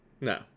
No